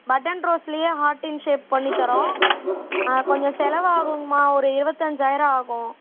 button ரோஸ்லையே ஹார்டின் shape பண்ணித்தரோம் கொஞ்சம் செலவாகுங்கம்மா ஒரு இருபத்தஞ்சாயிரம் ஆகும்